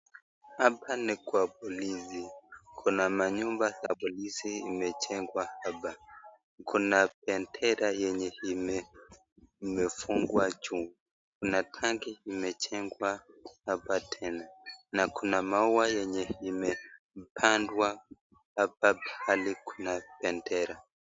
Hapa ni kwa polisi. Kuna manyumba za polisi imejengwa hapa. Kuna bendera yenye imefungwa juu. Kuna tangi imejengwa hapa tena na kuna maua yenye imepandwa hapa pale kuna bendera.